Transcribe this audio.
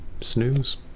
snooze